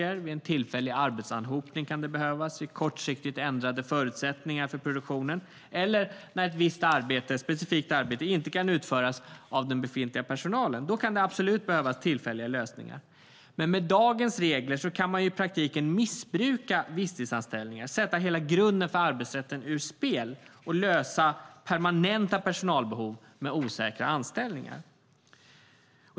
Det kan behövas vid tillfällig arbetsanhopning, kortsiktigt ändrade förutsättningar för produktionen eller när ett specifikt arbete inte kan utföras av den befintliga personalen. Då kan det absolut behövas tillfälliga lösningar. Men med dagens regler kan man i praktiken missbruka visstidsanställningar och sätta hela grunden för arbetsrätten ur spel och lösa permanenta personalbehov med osäkra anställningar.